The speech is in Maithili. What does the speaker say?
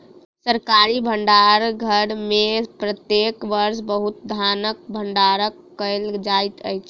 सरकारी भण्डार घर में प्रत्येक वर्ष बहुत धानक भण्डारण कयल जाइत अछि